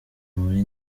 muri